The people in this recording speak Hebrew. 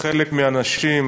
חלק מהאנשים,